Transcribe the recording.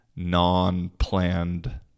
non-planned